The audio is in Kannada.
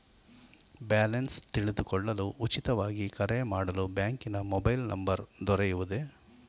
ಬ್ಯಾಲೆನ್ಸ್ ತಿಳಿದುಕೊಳ್ಳಲು ಉಚಿತವಾಗಿ ಕರೆ ಮಾಡಲು ಬ್ಯಾಂಕಿನ ಮೊಬೈಲ್ ನಂಬರ್ ದೊರೆಯುವುದೇ?